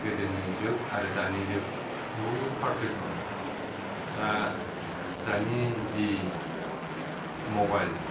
गोदोनि जुग आरो दानि जुग बहुद पारतयख' दा दानि जि मबाइल